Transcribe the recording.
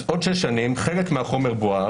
>> אז עוד שש שנים חלק מהחומר בוער,